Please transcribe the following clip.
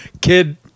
kid